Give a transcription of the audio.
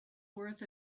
worth